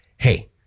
hey